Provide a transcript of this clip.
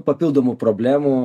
papildomų problemų